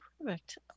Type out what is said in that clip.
perfect